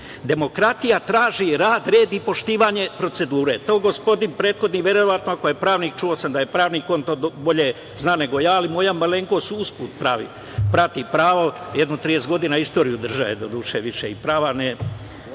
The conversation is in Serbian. suština. Demokratija traži rad, red i poštovanje procedure. To gospodin prethodni, verovatno ako je pravnik, a čuo sam da je pravnik, on to bolje zna nego ja, ali moja malenkost usput prati pravo, jedno 30 godina istoriju države doduše više i prava,